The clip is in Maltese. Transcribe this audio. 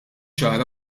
ċara